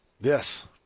Yes